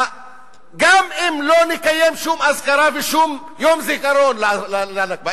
גם אם לא נקיים שום אזכרה ושום יום זיכרון ל"נכבה",